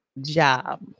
job